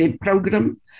program